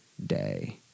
Day